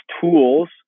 tools